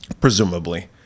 Presumably